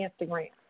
Instagram